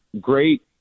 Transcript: great